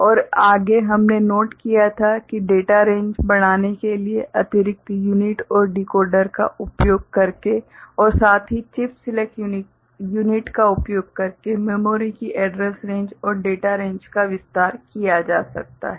और आगे हमने नोट किया था कि डेटा रेंज बढ़ाने के लिए अतिरिक्त यूनिट और डिकोडर का उपयोग करके और साथ ही चिप सेलेक्ट यूनिट का उपयोग करके मेमोरी की एड्रेस रेंज और डेटा रेंज का विस्तार किया जा सकता है